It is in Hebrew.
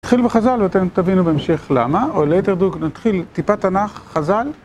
נתחיל בחז״ל ואתם תבינו בהמשך למה, או ליתר דיוק נתחיל טיפת תנ״ך, חז״ל